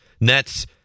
Nets